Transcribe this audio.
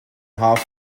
half